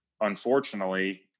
unfortunately